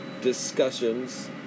discussions